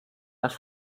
nach